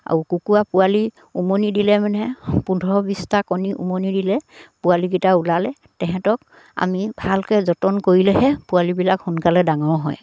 আউ কুকুৰা পোৱালি উমনি দিলে মানে পোন্ধৰ বিশটা কণী উমনি দিলে পোৱালিকিটা ওলালে তেহেঁতক আমি ভালকে যতন কৰিলেহে পোৱালিবিলাক সোনকালে ডাঙৰ হয়